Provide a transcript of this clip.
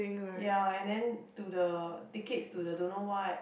ya and then to the tickets to the don't know what